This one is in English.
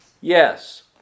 Yes